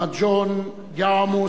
מר ג'ון יארמוס,